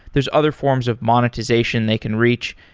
there's other forms of monetization they can reach.